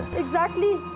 exactly!